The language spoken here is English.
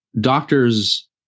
doctors